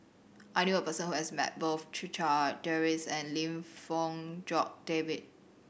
I knew a person who has met both Checha Davies and Lim Fong Jock David